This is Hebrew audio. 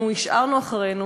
אנחנו השארנו אחרינו